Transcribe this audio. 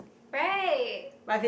right